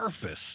surface